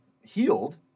healed